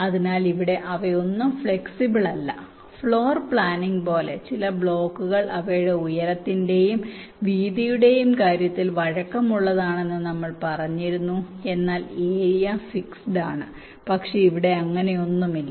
അതിനാൽ ഇവിടെ അവയൊന്നും ഫ്ലെക്സിബിൾ അല്ല ഫ്ലോർ പ്ലാനിംഗ് പോലെ ചില ബ്ലോക്കുകൾ അവയുടെ ഉയരത്തിന്റെയും വീതിയുടെയും കാര്യത്തിൽ വഴക്കമുള്ളതാണെന്ന് നമ്മൾ പറഞ്ഞിരുന്നു എന്നാൽ ഏരിയ ഫിക്സഡ് ആണ് പക്ഷേ ഇവിടെ അങ്ങനെയൊന്നുമില്ല